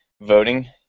voting